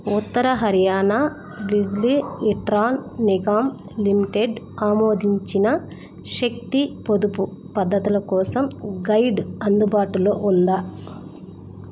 ఉత్తర Haryana Bijli Vitran Nigam limited ఆమోదించిన శక్తి పొదుపు పద్ధతుల కోసం గైడ్ అందుబాటులో ఉందా